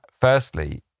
Firstly